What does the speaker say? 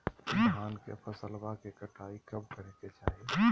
धान के फसलवा के कटाईया कब करे के चाही?